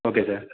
okay sir